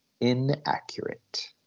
inaccurate